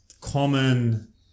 common